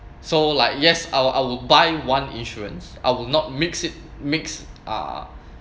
so like yes I'll I'll buy one insurance I will not mix it mix ah